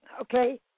okay